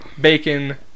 bacon